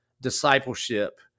discipleship